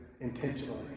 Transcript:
intentionally